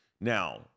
Now